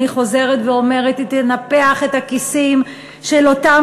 אני חוזרת ואומרת שהיא תנפח את הכיסים של אותם